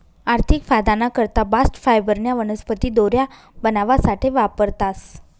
आर्थिक फायदाना करता बास्ट फायबरन्या वनस्पती दोऱ्या बनावासाठे वापरतास